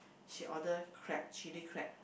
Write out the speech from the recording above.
she order crab chili crab